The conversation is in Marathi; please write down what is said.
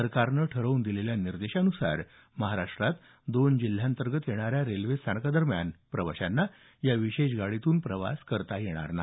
सरकारने ठरवून दिलेल्या निर्देशांनुसार महाराष्ट्रातील दोन जिल्ह्याअंतर्गत येणाऱ्या रेल्वे स्थानका दरम्यान प्रवाशांना या विशेष गाड्यांमध्ये प्रवास करता येणार नाही